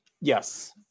Yes